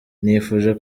nifuje